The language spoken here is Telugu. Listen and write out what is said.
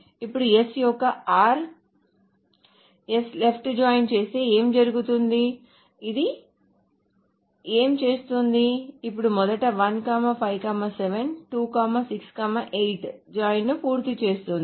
ఇప్పుడు s యొక్క లెఫ్ట్ జాయిన్ చేస్తే ఏమి జరుగుతుంది అది ఏమి చేస్తుంది ఇది మొదట 1 5 7 2 6 8 జాయిన్ ను పూర్తి చేస్తుంది